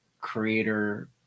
creator